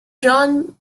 john